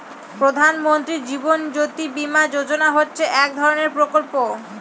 প্রধান মন্ত্রী জীবন জ্যোতি বীমা যোজনা হচ্ছে এক ধরনের প্রকল্প